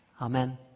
Amen